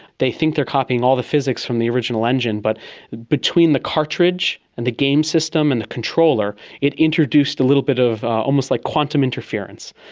they think they are copying all the physics from the original engine but between the cartridge and the game system and the controller it introduced a little bit of almost like quantum interference.